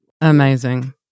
Amazing